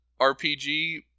RPG